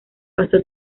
pasó